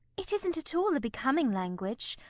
it isn't at all a becoming language.